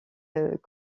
est